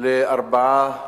לארבעה